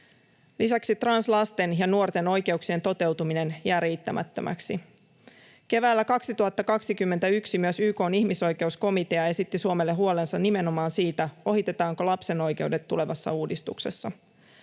Lisäksi translasten ja ‑nuorten oikeuksien toteutuminen jää riittämättömäksi. Keväällä 2021 myös YK:n ihmisoikeuskomitea esitti Suomelle huolensa nimenomaan siitä, ohitetaanko lapsen oikeudet tulevassa uudistuksessa.